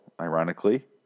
ironically